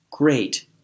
Great